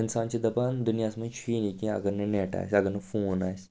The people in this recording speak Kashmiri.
اِنسان چھُ دَپان دُنیاہَس منٛز چھُیی نہٕ کیٚنٛہہ اَگَر نہٕ نیٚٹ آسہِ اَگَر نہٕ فون آسہِ